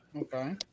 Okay